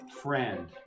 friend